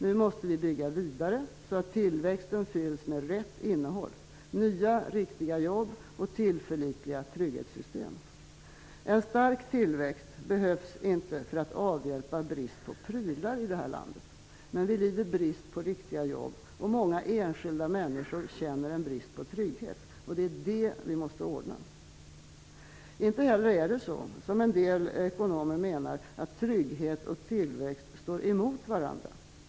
Nu måste vi bygga vidare, så att tillväxten fylls med rätt innehåll: nya riktiga jobb och tillförlitliga trygghetssystem. Vi behöver inte en stark tillväxt för att avhjälpa brist på prylar i det här landet. Men vi lider brist på riktiga jobb, och många enskilda människor känner en brist på trygghet. Det är det vi måste råda bot på. Det är inte heller så, som en del ekonomer menar, att trygghet och tillväxt står emot varandra.